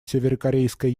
северокорейское